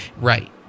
Right